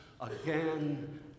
again